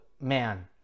man